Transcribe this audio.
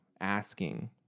asking